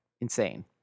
insane